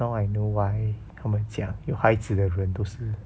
now I know why 他们讲有孩子的人都是